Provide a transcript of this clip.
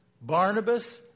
Barnabas